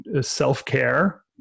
self-care